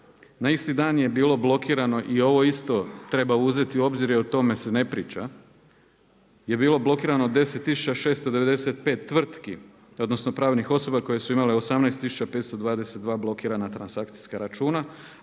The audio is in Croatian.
Na isti dan je bilo blokirano i ovo isto treba uzeti u obzir, jer o tome se ne priča, je bilo blokirano 10 tisuća 695 tvrtki, odnosno pravnih osoba koje su imale 18 tisuća 522 blokirana transakcijska računa